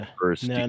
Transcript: first